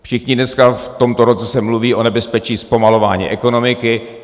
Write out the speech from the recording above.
Všichni dneska v tomto roce se mluví o nebezpečí zpomalování ekonomiky.